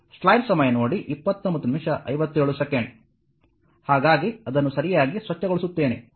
ಹಾಗಾಗಿ ಅದನ್ನು ಸರಿಯಾಗಿ ಸ್ವಚ್ಛಗೊಳಿಸುತ್ತೇನೆ